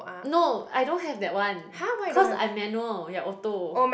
no I don't have that one cause I manual you're auto